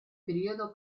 periodo